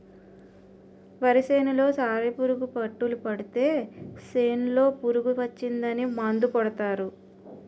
వరి సేనులో సాలిపురుగు పట్టులు పడితే సేనులో పురుగు వచ్చిందని మందు కొడతారు